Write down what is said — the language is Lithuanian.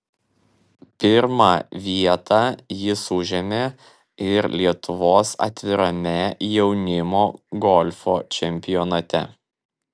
pirmą vietą jis užėmė ir lietuvos atvirame jaunimo golfo čempionate